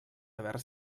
haver